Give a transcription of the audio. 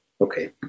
okay